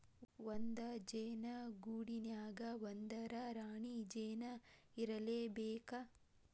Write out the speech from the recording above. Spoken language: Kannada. ಒಂದ ಜೇನ ಗೂಡಿನ್ಯಾಗ ಒಂದರ ರಾಣಿ ಜೇನ ಇರಲೇಬೇಕ